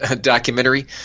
documentary